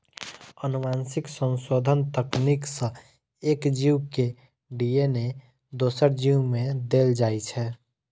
आनुवंशिक संशोधन तकनीक सं एक जीव के डी.एन.ए दोसर जीव मे देल जाइ छै